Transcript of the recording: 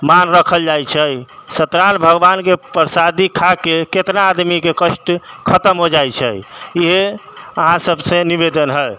मान रखल जाइत छै सत्य नारायण भगवानके प्रसादी खाके केतना आदमीके कष्ट खतम हो जाइत छै इहे अहाँ सभसँ निवेदन हइ